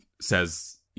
says